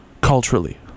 culturally